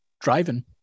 driving